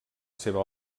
seva